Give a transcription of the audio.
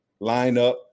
lineup